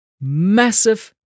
massive